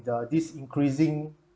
the this increasing